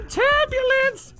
turbulence